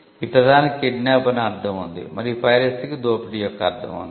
ఈ పదానికి కిడ్నాప్ అనే అర్ధం ఉంది మరియు పైరసీకి దోపిడీ యొక్క అర్థం ఉంది